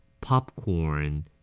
Popcorn